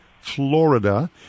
Florida